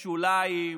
שוליים,